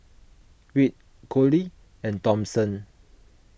Wirt Collie and Thompson